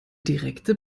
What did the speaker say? direkte